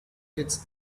its